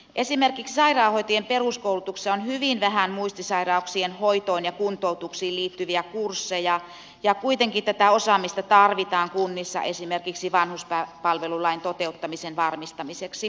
esimerkiksi sairaanhoitajien peruskoulutuksessa on hyvin vähän muistisairauksien hoitoon ja kuntoutukseen liittyviä kursseja ja kuitenkin tätä osaamista tarvitaan kunnissa esimerkiksi vanhuspalvelulain toteuttamisen varmistamiseksi